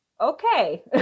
okay